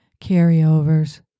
carryovers